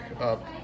up